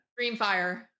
Dreamfire